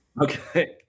okay